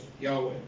Yahweh